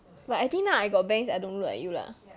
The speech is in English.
but I think now I got bangs I don't look like you lah